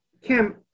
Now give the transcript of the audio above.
Kim